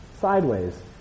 sideways